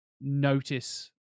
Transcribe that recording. notice